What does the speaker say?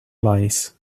lice